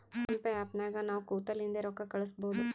phone pay app ನಾಗ್ ನಾವ್ ಕುಂತಲ್ಲಿಂದೆ ರೊಕ್ಕಾ ಕಳುಸ್ಬೋದು